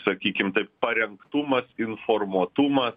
sakykim taip parengtumas informuotumas